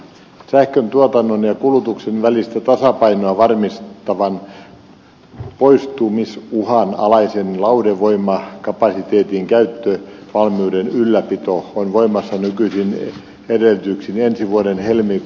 sähkön tuotannon ja kulutuksen välistä tasapainoa varmistavan poistumisuhan alaisen lauhdevoimakapasiteetin käyttövalmiuden ylläpito on voimassa nykyisin edellytyksin ensi vuoden helmikuun loppuun